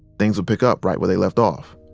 things would pick up right where they left off.